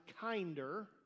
kinder